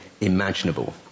imaginable